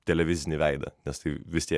televizinį veidą nes tai vis tiek